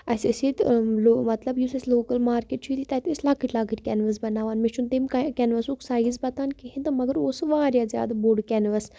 اَسہِ ٲسۍ ییٚتہِ لو مطلب یُس اَسہِ لوکَل مارکیٹ چھُ ییٚلہِ تَتہِ ٲسۍ لَکٕٹۍ لَکٕٹۍ کیٚنواس بَناوان مےٚ چھُنہٕ تیٚمہِ کَیٚن کیٚنوَسُک سایِز پَتہٕ کِہیٖنۍ تہٕ مگر اوس سُہ واریاہ زیادٕ بوٚڑ کیٚنواس